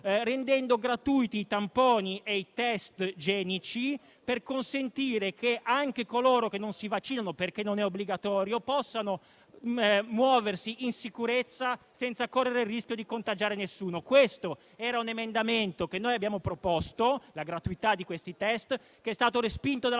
rendendo gratuiti i tamponi e i test antigenici, per consentire che anche coloro che non si vaccinano, perché non è obbligatorio, possano muoversi in sicurezza, senza correre il rischio di contagiare nessuno. Abbiamo proposto un emendamento per la gratuità di questi test, ma è stato respinto dalla